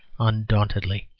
undauntedly.